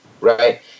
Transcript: right